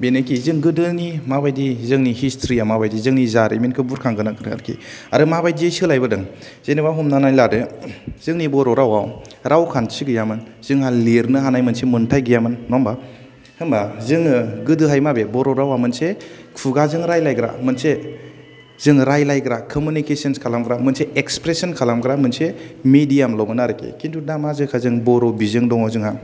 बेनोखि जों गोदोनि माबादि जोंनि हिस्ट्रिया माबादि जोंनि जारिमिनखौ बुरखांग्रोनांगोन आरोखि आरो माबादियै सोलायबोदों जेनेबा हमनानै लादो जोंनि बर' रावाव रावखान्थि गैयामोन जोंहा लिरनो हानाय मोनसे मोनथाइ गैयामोन नङा होनबा होनब्ला जोङो गोदोहाय माबे बर' रावा खुगाजों रायलायग्रा मोनसे जोङो रायलायग्रा मोनसे कमिउनिकेसन खालामग्रा मोनसे एक्सप्रेसन खालामग्रा मोनसे मिडियामल' मोन आरोखि दा मा जाखो जोंहा बर' बिजों दङ' जोंहा